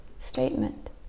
statement